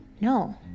No